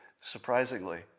surprisingly